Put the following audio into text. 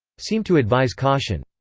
seem to advise caution.